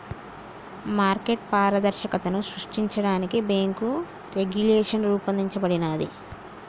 market పారదర్శకతను సృష్టించడానికి bank regulation రూపొందించబడినాది